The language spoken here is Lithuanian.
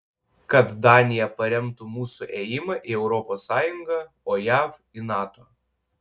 kad danija paremtų mūsų ėjimą į europos sąjungą o jav į nato